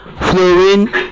fluorine